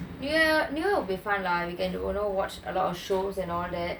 new new year would be fun lah we can watch a lot of shows and all that